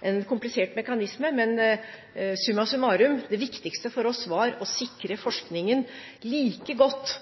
Det er en komplisert mekanisme, men summa summarum: Det viktigste for oss var å sikre forskningen like godt